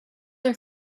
are